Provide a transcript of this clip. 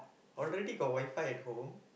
already got WiFi at home